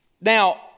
Now